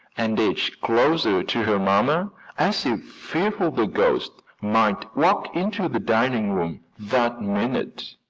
and edged closer to her mamma as if fearful the ghost might walk into the dining room that minute.